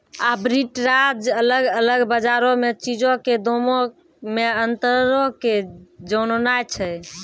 arbitrage अलग अलग बजारो मे चीजो के दामो मे अंतरो के जाननाय छै